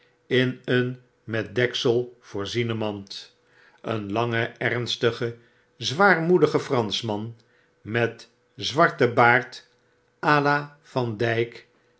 in een met deksel voorzienen mand een lange ernstige zwaarmoedige franschman met zwarten baard h la van dijk